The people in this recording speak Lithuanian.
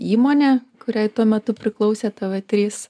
įmonė kuriai tuo metu priklausė tv trys